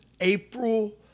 April